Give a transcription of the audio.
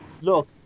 Look